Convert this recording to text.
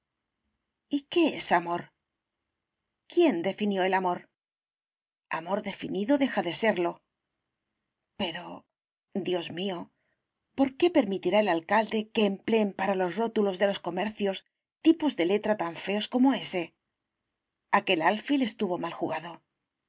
y qué es amor quién definió el amor amor definido deja de serlo pero dios mío por qué permitirá el alcalde que empleen para los rótulos de los comercios tipos de letra tan feos como ése aquel alfil estuvo mal jugado